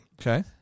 Okay